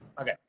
okay